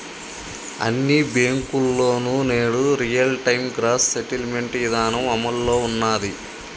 అన్ని బ్యేంకుల్లోనూ నేడు రియల్ టైం గ్రాస్ సెటిల్మెంట్ ఇదానం అమల్లో ఉన్నాది